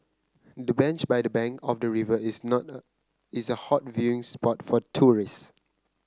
the bench by the bank of the river is is a hot viewing spot for tourists